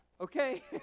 okay